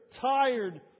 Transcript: tired